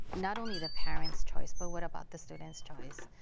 not only the parents' choice, but what about the student's choice?